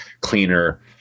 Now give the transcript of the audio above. cleaner